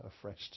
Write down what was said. afresh